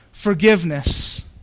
Forgiveness